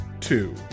two